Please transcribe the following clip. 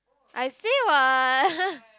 I say what